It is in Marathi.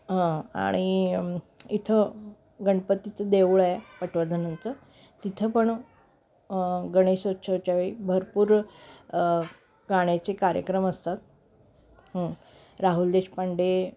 हां आणि इथं गणपतीचं देऊळ आहे पटवर्धनांचं तिथं पण गणेशोत्सवच्या वेळी भरपूर गाण्याचे कार्यक्रम असतात राहुल देशपांडे